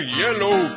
yellow